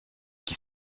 qui